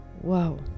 whoa